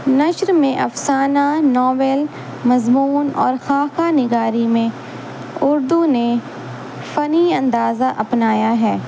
نثر میں افسانہ ناول مضمون اور خاکہ نگاری میں اردو نے فنی انداز اپنایا ہے